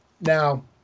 now